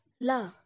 La